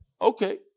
Okay